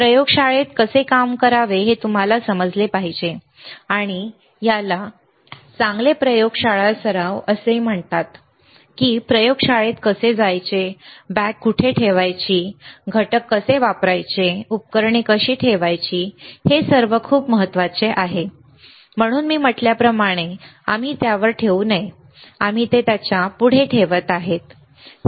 प्रयोगशाळेत कसे काम करावे हे तुम्हाला समजले पाहिजे आणि याला चांगले प्रयोगशाळा सराव असे म्हणतात की प्रयोगशाळेत कसे जायचे बॅग कुठे ठेवायची घटक कसे वापरायचे उपकरणे कशी ठेवायची हे सर्व खूप महत्वाचे आहे बरोबर म्हणून मी म्हटल्याप्रमाणे आम्ही त्यावर ठेवू नये आम्ही ते त्याच्या पुढे ठेवत आहोत ठीक आहे